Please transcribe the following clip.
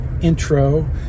Intro